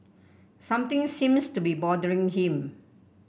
something seems to be bothering him